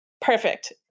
perfect